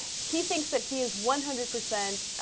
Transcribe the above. he thinks that he is one hundred percent